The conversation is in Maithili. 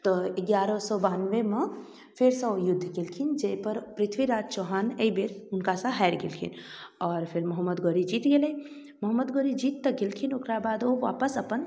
तऽ एगारह सए बानबेमे फेरसँ ओ युद्ध कयलखिन तैपर पृथ्वीराज चौहान अइबेर हुनकासँ हारि गेलखिन आओर फेर मुहम्मद गोरी जीत गेलै मुहम्मद गोरी जीत तऽ गेलखिन ओकरा बाद ओ अपन अपन